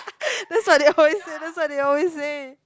that's what they always say that's what they always say